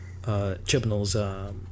Chibnall's